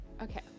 Okay